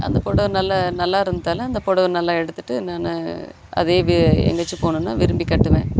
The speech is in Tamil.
அந்த பொடவை நல்லா நல்லா இருந்ததால் அந்த பொடவை நல்லா எடுத்துட்டு நான் அதே வி எங்கேயாச்சும் போணுன்னால் விரும்பி கட்டுவேன்